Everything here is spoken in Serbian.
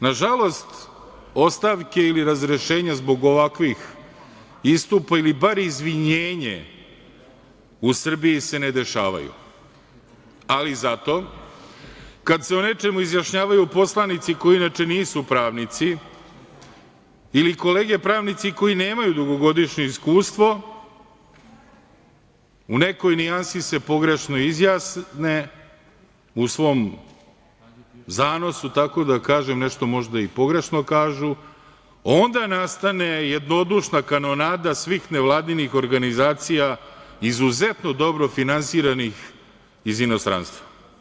Nažalost, ostavke ili razrešenja zbog ovakvih istupa ili bar izvinjenja u Srbiji se ne dešavaju, ali zato kada se o nečemu izjašnjavaju poslanici koji inače nisu pravnici ili kolege pravnici koji nemaju dugogodišnje iskustvo u nekoj nijansi se pogrešno izjasne u svom zanosu, tako da kažem nešto možda i pogrešno kažu, onda nastane jednodušna kanonada svih nevladinih organizacija izuzetno dobro finansiranih iz inostranstva.